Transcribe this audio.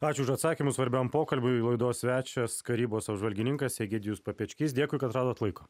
ačiū už atsakymus svarbiam pokalbiui laidos svečias karybos apžvalgininkas egidijus papečkys dėkui kad radot laiko